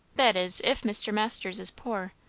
that is, if mr. masters is poor.